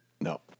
No